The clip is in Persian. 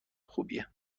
خوبیه